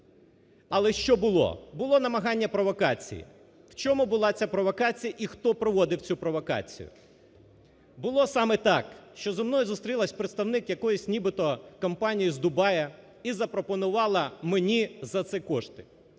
Але що було? Було намагання провокації. В чому була ця провокація і хто проводив цю провокацію? Було саме так, що зі мною зустрілась представник якоїсь нібито компанії з Дубаї і запропонувала мені за це кошти.